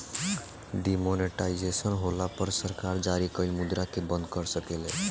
demonetisation होला पर सरकार जारी कइल मुद्रा के बंद कर सकेले